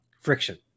Friction